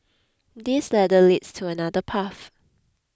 this ladder leads to another path